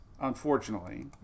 unfortunately